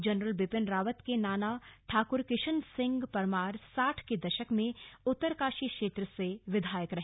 general Bipin Rawat के नाना ठाकुर किशन सिंह परमार साठ के दशक में उत्तरकाशी क्षेत्र से विधायक रहे